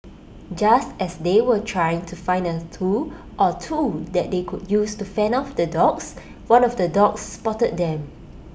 just as they were trying to find A tool or two that they could use to fend off the dogs one of the dogs spotted them